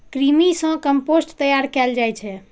कृमि सं कंपोस्ट तैयार कैल जाइ छै